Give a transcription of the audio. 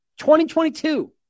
2022